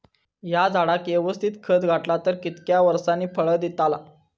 हया झाडाक यवस्तित खत घातला तर कितक्या वरसांनी फळा दीताला?